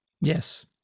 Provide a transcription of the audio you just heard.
Yes